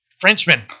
Frenchman